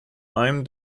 einem